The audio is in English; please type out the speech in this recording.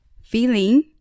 feeling